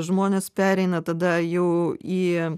žmonės pereina tada jau į